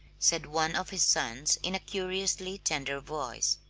said one of his sons in a curiously tender voice.